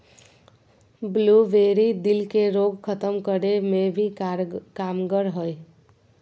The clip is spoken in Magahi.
ब्लूबेरी, दिल के रोग खत्म करे मे भी कामगार हय